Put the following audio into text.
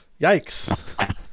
yikes